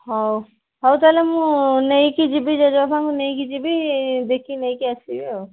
ହଉ ହଉ ତା'ହେଲେ ମୁଁ ନେଇକି ଯିବି ଜେଜେବାପାଙ୍କୁ ନେଇକି ଯିବି ଦେଖିକି ନେଇକି ଆସିବି ଆଉ